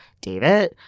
David